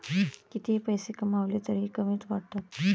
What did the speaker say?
कितीही पैसे कमावले तरीही कमीच वाटतात